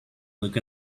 look